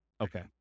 Okay